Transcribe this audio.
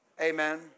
amen